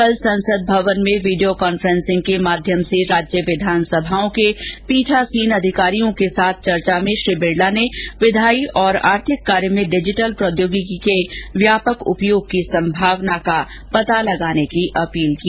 कल संसद भवन में वीडियो कांफ्रेंसिंग के माध्यम से राज्य विधानसभाओं के पीठासीन अधिकारियों के साथ चर्चा में श्री बिरला ने विधायी और आर्थिक कार्य में डिजिटल प्रौद्योगिकी के व्यापक उपयोग की संभावना का पता लगाने की अपील की